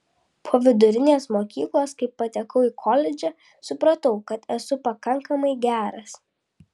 po vidurinės mokyklos kai patekau į koledžą supratau kad esu pakankamai geras